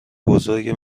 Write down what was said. بزرگ